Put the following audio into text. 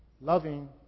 loving